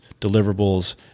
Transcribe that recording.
deliverables